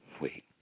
wait